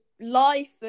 life